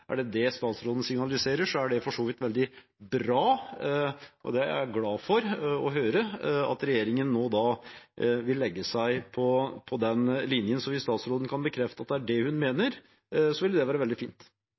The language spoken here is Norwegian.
Er det det statsråden signaliserer, så er det for så vidt veldig bra, og jeg er glad for å høre at regjeringen nå vil legge seg på den linjen. Hvis statsråden kan bekrefte at det er det hun mener, vil det være veldig fint.